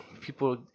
people